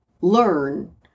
learn